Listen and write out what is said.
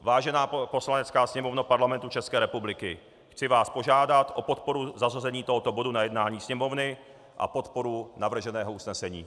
Vážená Poslanecká sněmovno Parlamentu České republiky, chci vás požádat o podporu zařazení tohoto bodu na jednání Sněmovny a podporu navrženého usnesení.